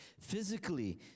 Physically